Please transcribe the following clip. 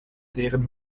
deren